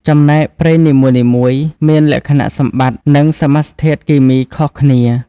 ចំណែក ប្រេងនីមួយៗមានលក្ខណៈសម្បត្តិ និងសមាសធាតុគីមីខុសគ្នា។